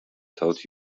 thought